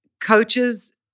coaches